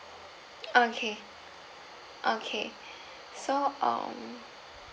okay okay so um